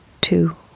two